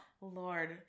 lord